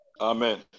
Amen